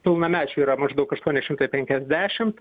pilnamečių yra maždaug aštuoni šimtai penkiasdešimt